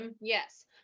Yes